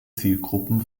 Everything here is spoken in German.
zielgruppen